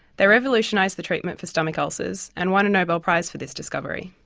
they revolutionised the treatment for stomach ulcers and won a nobel prize for this discovery.